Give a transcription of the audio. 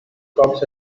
cops